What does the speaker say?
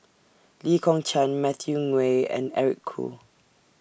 Lee Kong Chian Matthew Ngui and Eric Khoo